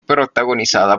protagonizada